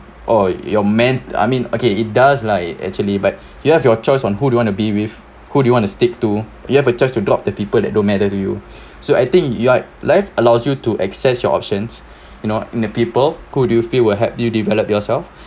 oh your man I mean okay it does lah it actually but you have your choice on who do you want to be with who do you want to stick to you have a choice to drop the people that don't matter to you so I think your life allows you to access your options you know in the people who do you feel will help you develop yourself